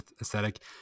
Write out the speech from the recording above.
aesthetic